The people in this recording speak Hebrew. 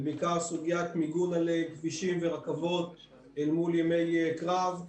בעיקר סוגיית מיגון על כבישים ורכבות אל מול ימי קרב,